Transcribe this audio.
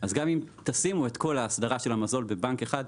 אז גם אם תשימו את כל האסדרה של המזון בבנק אחד,